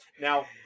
Now